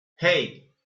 hey